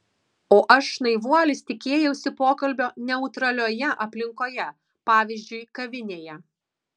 o aš naivuolis tikėjausi pokalbio neutralioje aplinkoje pavyzdžiui kavinėje